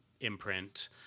imprint